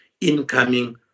incoming